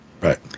Right